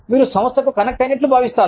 మీరు సంస్థకు కనెక్ట్ అయినట్లు భావిస్తారు